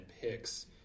picks